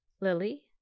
Lily